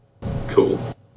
Cool